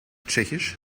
tschechisch